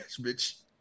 bitch